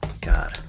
God